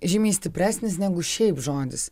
žymiai stipresnis negu šiaip žodis